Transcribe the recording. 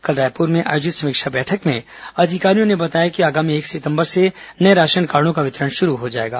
कल रायपुर में आयोजित समीक्षा बैठक में अधिकारियों ने बताया कि आगामी एक सितंबर से नए राशनकार्डो का वितरण शुरू हो जाएगा